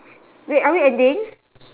wait are we ending